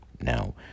Now